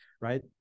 right